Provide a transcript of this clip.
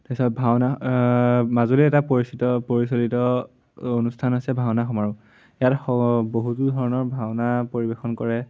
তাৰপিছত ভাওনা মাজুলী এটা পৰিচিত পৰিচালিত অনুষ্ঠান আছে ভাওনা সমাৰোহ ইয়াত বহুতো ধৰণৰ ভাওনা পৰিৱেশন কৰে